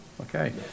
Okay